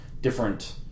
different